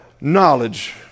knowledge